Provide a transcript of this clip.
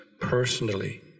personally